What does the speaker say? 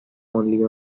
only